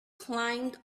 climbed